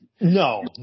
No